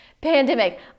pandemic